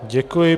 Děkuji.